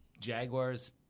Jaguars